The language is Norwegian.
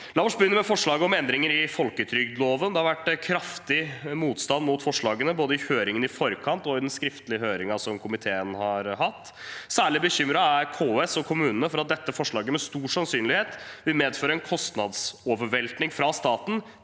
La oss begynne med forslag om endringer i folketrygdloven. Det har vært kraftig motstand mot forslagene både i høringen i forkant og i den skriftlige høringen som komiteen har hatt. Særlig bekymret er KS og kommunene for at dette forslaget med stor sannsynlighet vil medføre en kostnadsovervelting fra staten